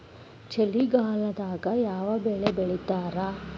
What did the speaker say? ಚಳಿಗಾಲದಾಗ್ ಯಾವ್ ಬೆಳಿ ಬೆಳಿತಾರ?